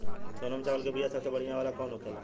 सोनम चावल के बीया सबसे बढ़िया वाला कौन होखेला?